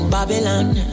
Babylon